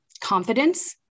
confidence